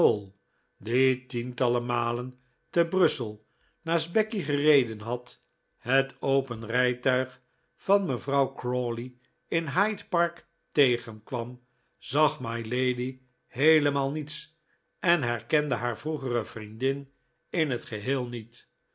die tientallen malen te brussel naast becky gereden had het open rijtuig van mevrouw crawley in hyde park tegenkwam zag mylady heelemaal niets en herkende haar vroegere vriendin in het geheel niet